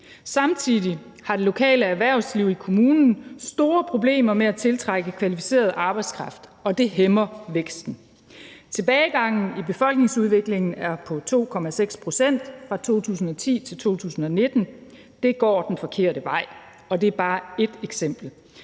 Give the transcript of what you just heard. Samtidig har det lokale erhvervsliv i kommunen store problemer med at tiltrække kvalificeret arbejdskraft, og det hæmmer væksten. Tilbagegangen i befolkningsudviklingen er på 2,6 pct. fra 2010-2019. Det går den forkerte vej, og det er bare ét eksempel.